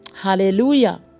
Hallelujah